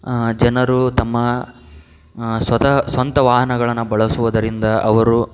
ಜನರು ತಮ್ಮ ಸ್ವತಹ ಸ್ವಂತ ವಾಹನಗಳನ್ನು ಬಳಸುವುದರಿಂದ ಅವರು